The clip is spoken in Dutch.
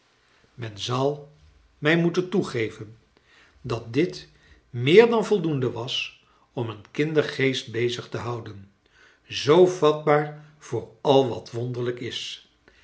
men zal mij moeten toegeven dat dit meer dan voldoende was om een kindergeest bezig te houden zoo vatbaar voor al wat wonderlijk is